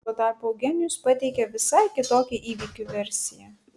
tuo tarpu eugenijus pateikė visai kitokią įvykių versiją